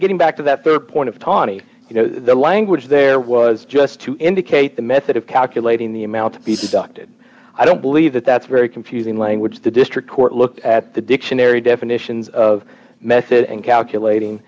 getting back to that rd point of tawney you know the language there was just to indicate the method of calculating the amount to be conducted i don't believe that that's very confusing language the district court looked at the dictionary definitions of message and calculating